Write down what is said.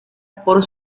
por